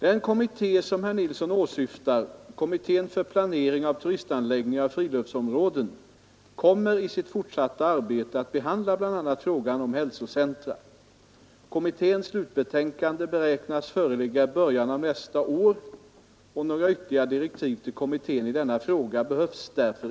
Den kommitté som herr Nilsson åsyftar — kommittén för planering av turistanläggningar och friluftsområden kommer i sitt fortsatta arbete att behandla bl.a. frågan om hälsocentra. Kommitténs slutbetänkande beräknas föreligga i början av nästa år. Några ytterligare direktiv till kommittén i denna fråga behövs därför